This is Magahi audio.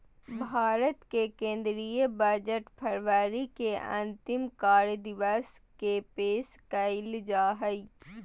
भारत के केंद्रीय बजट फरवरी के अंतिम कार्य दिवस के पेश कइल जा हइ